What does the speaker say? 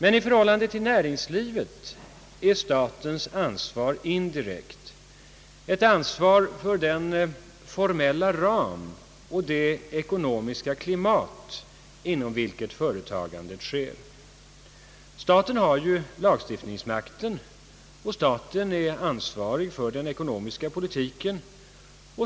I förhållande till näringslivet är statens ansvar indirekt, ett ansvar för den formella ram och det ekonomiska klimat inom vilket företagandet sker. Staten har lagstiftningsmakten och staten är ansvarig för den ekonomiska politiken.